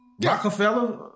Rockefeller